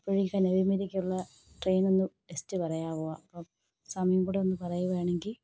അപ്പം ഈ കന്യാകുമാരിയിലേക്കുള്ള ട്രെയിന് ഒന്ന് ജസ്റ്റ് പറയാമോ അപ്പം സമയം കൂടെ ഒന്ന് പറയുകയാണെങ്കിൽ